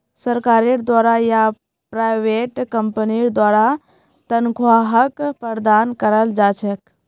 सरकारेर द्वारा या प्राइवेट कम्पनीर द्वारा तन्ख्वाहक प्रदान कराल जा छेक